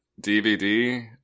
DVD